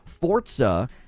Forza